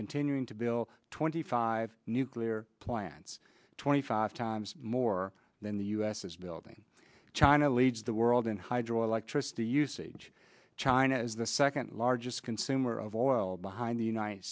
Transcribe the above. continuing to bill twenty five nuclear plants twenty five times more than the u s is building china leads the world in hydro electricity usage china is the second largest consumer of oil behind the united